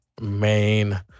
main